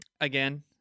again